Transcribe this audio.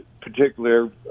particular